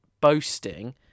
boasting